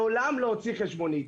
מעולם לא הוציא חשבונית.